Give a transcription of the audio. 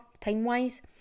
time-wise